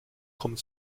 kommt